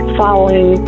following